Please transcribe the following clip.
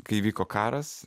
kai vyko karas